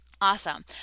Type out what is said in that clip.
awesome